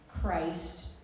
Christ